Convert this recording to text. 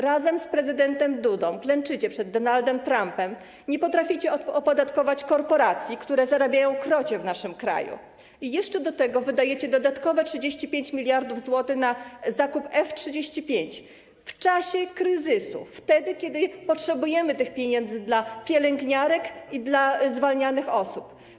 Razem z prezydentem Dudą klęczycie przed Donaldem Trumpem, nie potraficie opodatkować korporacji, które zarabiają krocie w naszym kraju, i jeszcze do tego wydajecie dodatkowe 35 mld zł na zakup F-35, w czasie kryzysu, kiedy potrzebujemy tych pieniędzy dla pielęgniarek i dla zwalnianych osób.